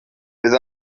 bydd